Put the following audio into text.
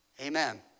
Amen